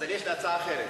אז לי יש הצעה אחרת.